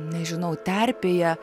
nežinau terpėje